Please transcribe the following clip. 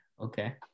Okay